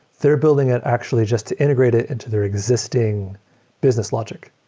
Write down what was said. they're building it actually just integrate it into their existing business logic.